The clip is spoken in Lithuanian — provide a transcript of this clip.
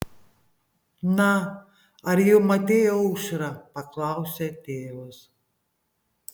na ar jau matei aušrą paklausė tėvas